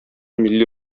милли